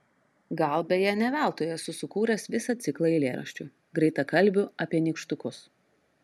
gal beje ne veltui esu sukūręs visą ciklą eilėraščių greitakalbių apie nykštukus